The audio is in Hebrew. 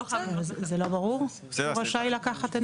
בסדר, אז זה לא ברור שהוא רשאי לקחת?